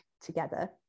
together